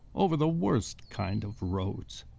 over the worst kind of roads.